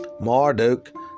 Marduk